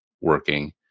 working